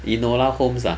enola holmes ah